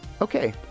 Okay